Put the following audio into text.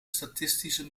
statistische